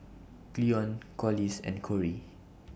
Cleone Corliss and Corie